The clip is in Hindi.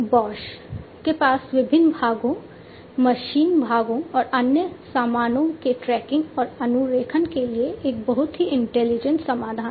बॉश के पास विभिन्न भागों मशीन भागों और अन्य सामानों के ट्रैकिंग और अनुरेखण के लिए एक बहुत ही इंटेलिजेंट समाधान है